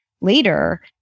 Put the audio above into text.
later